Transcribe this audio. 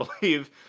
believe